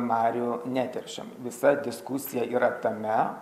marių neteršiam visa diskusija yra tame